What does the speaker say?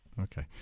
Okay